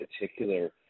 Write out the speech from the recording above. particular